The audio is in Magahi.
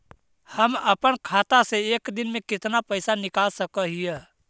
हम अपन खाता से एक दिन में कितना पैसा निकाल सक हिय?